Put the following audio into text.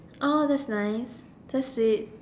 oh that's nice so sweet